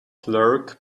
clerk